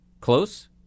Close